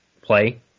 play